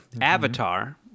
Avatar